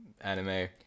anime